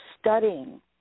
studying